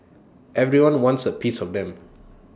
everyone wants A piece of them